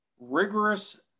rigorous